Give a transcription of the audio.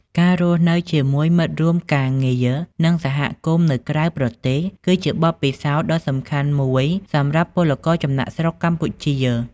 ការរស់នៅជាមួយមិត្តរួមការងារ និងសហគមន៍នៅក្រៅប្រទេស គឺជាបទពិសោធន៍ដ៏សំខាន់មួយសម្រាប់ពលករចំណាកស្រុកកម្ពុជា ។